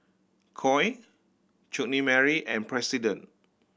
Koi Chutney Mary and President